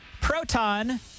Proton